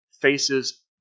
faces